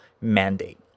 mandate